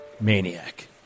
maniac